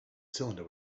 cylinder